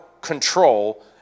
control